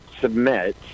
submit